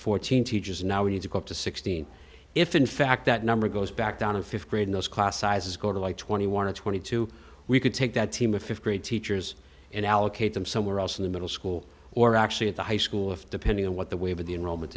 fourteen teachers now we need to go up to sixteen if in fact that number goes back down a fifth grade in those class sizes go to like twenty one to twenty two we could take that team of fifth grade teachers and allocate them somewhere else in the middle school or actually at the high school if depending on what the wave of the enrollment